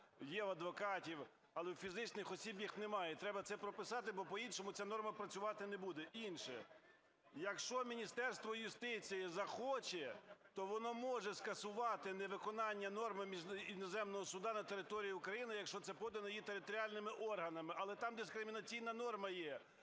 є у адвокатів, але у фізичних осіб її немає. Треба це прописати, бо по-іншому ця норма працювати не буде. Інше. Якщо Міністерство юстиції захоче, то воно може скасувати невиконання норми іноземного суду на території України, якщо це подано її територіальними органами, але там дискримінаційна норма є.